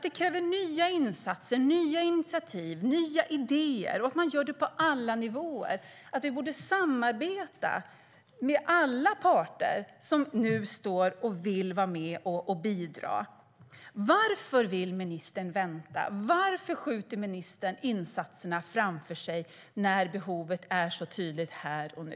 Det kräver nya insatser, nya initiativ och nya idéer på alla nivåer. Vi borde samarbeta med alla parter som nu vill vara med och bidra. Varför vill ministern vänta? Varför skjuter ministern insatserna framför sig när behovet är så tydligt här och nu?